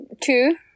two